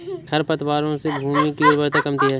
खरपतवारों से भूमि की उर्वरता कमती है